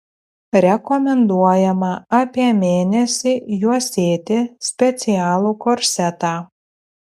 rekomenduojama apie mėnesį juosėti specialų korsetą